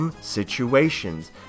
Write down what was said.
situations